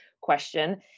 question